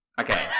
okay